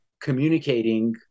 communicating